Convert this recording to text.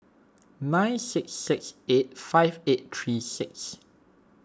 nine six six eight five eight three six